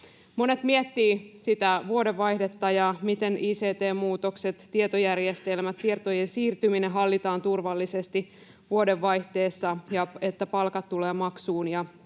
Monet miettivät vuodenvaihdetta ja sitä, miten ict-muutokset, tietojärjestelmät, tietojen siirtyminen hallitaan turvallisesti vuodenvaihteessa ja että palkat tulevat maksuun